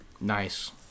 Nice